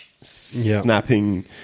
snapping